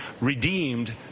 redeemed